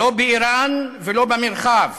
לא באיראן ולא במרחב,